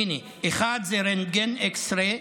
הינה, אחד זה רנטגן, x-ray,